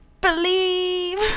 believe